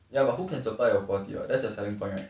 ya but who can supply a good quality [what] that's the selling point right